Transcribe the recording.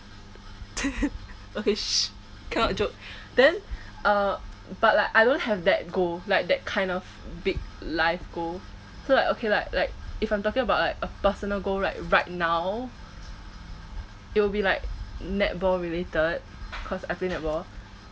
okay cannot joke then uh but like I don't have that goal like that kind of big life goal so like okay lah like if I'm talking about like a personal goal right right now it will be like netball related because I play netball